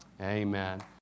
Amen